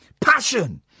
Passion